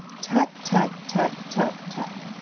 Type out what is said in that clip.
tut, tut, tut, tut, tut!